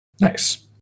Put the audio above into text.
Nice